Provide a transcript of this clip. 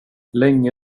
länge